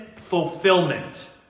fulfillment